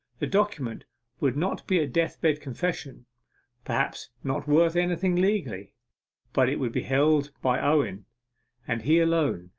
the document would not be a death-bed confession perhaps not worth anything legally but it would be held by owen and he alone,